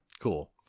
Cool